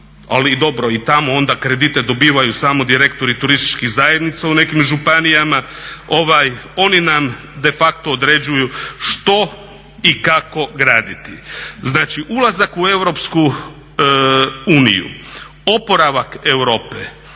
ali dobro i tamo onda kredite dobivaju samo direktori turističkih zajednica u nekim županijama oni nam de facto određuju što i kako graditi. Znači ulazak u EU opravak Europe